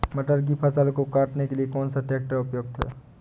मटर की फसल को काटने के लिए कौन सा ट्रैक्टर उपयुक्त है?